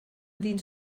dins